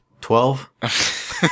Twelve